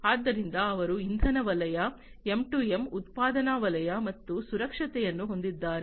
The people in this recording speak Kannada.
ಆದ್ದರಿಂದ ಅವರು ಇಂಧನ ವಲಯ ಎಂ2ಎಂ ಉತ್ಪಾದನಾ ವಲಯ ಮತ್ತು ಸುರಕ್ಷತೆಯನ್ನು ಹೊಂದಿದ್ದಾರೆ